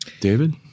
David